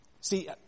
See